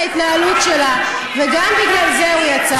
ההתנהלות שלה, וגם בגלל זה הוא יצא.